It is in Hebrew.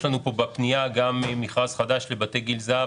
בפנייה יש לנו גם מכרז חדש לבתי גיל זהב